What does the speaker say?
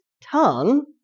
tongue